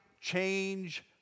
change